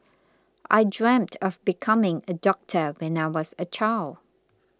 I dreamt of becoming a doctor when I was a child